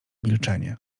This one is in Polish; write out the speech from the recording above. milczenie